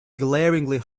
glaringly